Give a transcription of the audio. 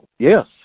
Yes